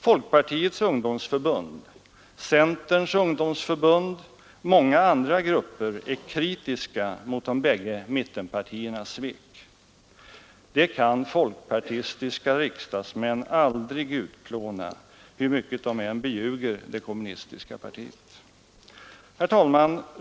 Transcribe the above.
Folkpartiets ungdomsförbund, centerns ungdomsförbund och många andra grupper är kritiska mot de bägge mittenpartiernas svek. Det kan folkpartistiska riksdagsmän aldrig utplåna, hur mycket de än beljuger det kommunistiska partiet. Herr talman!